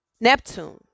Neptune